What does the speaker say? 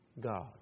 God